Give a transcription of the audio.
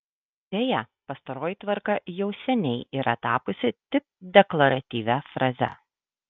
deja pastaroji tvarka jau seniai yra tapusi tik deklaratyvia fraze